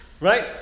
right